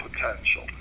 potential